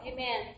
Amen